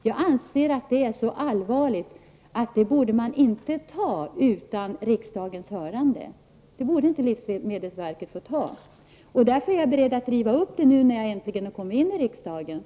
Jag anser att det är så allvarligt att man inte borde få fatta sådana beslut utan hörande av riksdagen. Det borde livsmedelsmedelsverket inte ha fått göra. Därför är jag beredd att riva upp beslutet nu när jag äntligen kommit in i riksdagen.